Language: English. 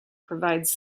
provides